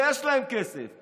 לזה יש להם כסף,